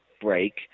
break